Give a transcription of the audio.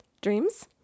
Dreams